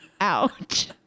ouch